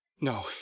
No